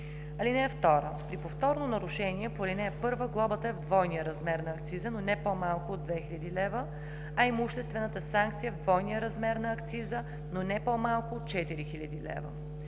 лв. (2) При повторно нарушение по ал. 1 глобата е в двойния размер на акциза, но не по-малко от 2000 лв., а имуществената санкция – в двойния размер на акциза, но не по-малко от 4000 лв.